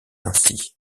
ainsi